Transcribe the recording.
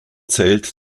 zählt